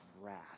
wrath